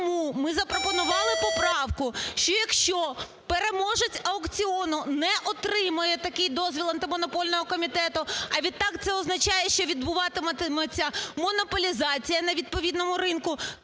тому ми запропонували поправку, що, якщо переможець аукціону не отримає такий дозвіл Антимонопольного комітету, а відтак це означає, що відбуватиметься монополізація на відповідному ринку,